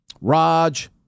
Raj